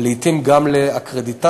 ולעתים גם לקרדיטציה,